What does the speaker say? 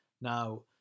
Now